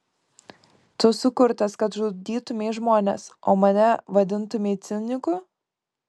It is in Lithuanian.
tu sukurtas kad žudytumei žmones o mane vadintumei ciniku